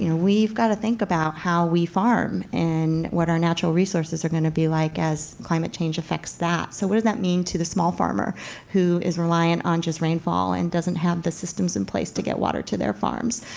you know we've got to think about how we farm and what our natural resources are going to be like as climate change affects that. so what does that mean to the small farmer who is reliant on just rainfall and doesn't have the systems in place to get water to their farms?